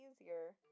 easier